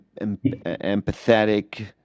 empathetic